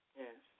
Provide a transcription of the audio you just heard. yes